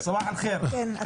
"סאבח אל חיר" בוקר טוב,